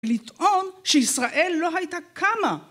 לטעון שישראל לא הייתה קמה